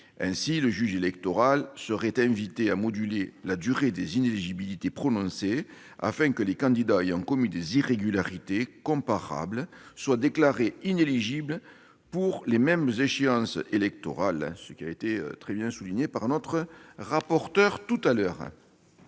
Ainsi, le juge électoral serait invité à moduler la durée des inéligibilités prononcées, afin que les candidats ayant commis des irrégularités comparables soient déclarés inéligibles pour les mêmes échéances électorales ; cela a été très bien souligné par le rapporteur. En matière